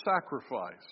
sacrifice